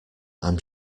i’m